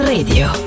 Radio